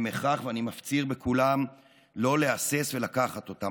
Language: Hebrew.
הם הכרח, ואני מפציר בכולם לא להסס ולקחת אותם.